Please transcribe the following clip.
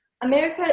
America